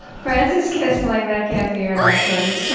frances kissling, that can't be your last word. it's too